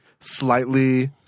slightly